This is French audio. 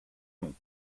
longs